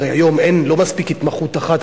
הרי היום לא מספיק התמחות אחת,